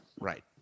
Right